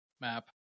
map